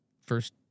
first